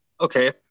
Okay